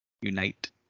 Unite